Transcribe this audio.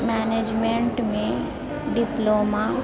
मैनेजमेंटमे diploma